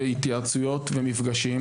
התייעצויות ומפגשים,